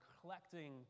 collecting